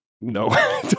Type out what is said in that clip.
No